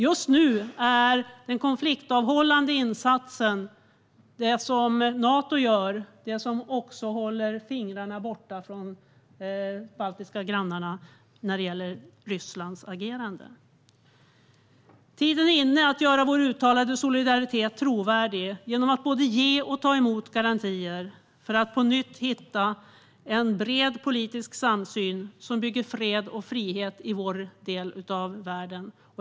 Just nu är den konfliktavhållande insatsen, det som Nato gör, det som håller Rysslands fingrar borta från de baltiska grannarna. Tiden är inne att göra vår uttalade solidaritet trovärdig genom att både ge och ta emot garantier för att på nytt hitta en bred politisk samsyn som bygger fred och frihet i vår del av världen.